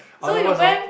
otherwise orh